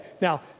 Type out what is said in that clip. Now